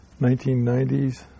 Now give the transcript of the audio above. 1990s